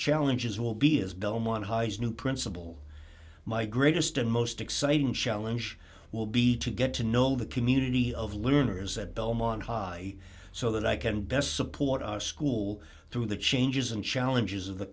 challenges will be as belmont high's new principal my greatest and most exciting challenge will be to get to know the community of learners at belmont high so that i can best support our school through the changes and challenges of the